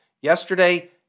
yesterday